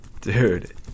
Dude